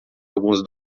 alguns